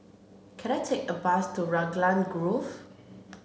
can I take a bus to Raglan Grove